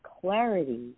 clarity